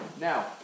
Now